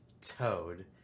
Toad